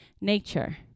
nature